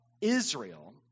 Israel